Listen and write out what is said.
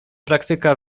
praktyka